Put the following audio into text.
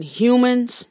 humans